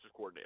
coordinators